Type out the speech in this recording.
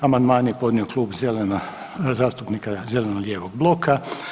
Amandmane je podnio Klub zastupnika zeleno-lijevog bloka.